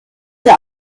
der